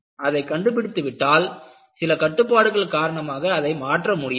அதை கண்டுபிடித்து விட்டால் சில கட்டுப்பாடுகள் காரணமாக அதை மாற்ற முடியாது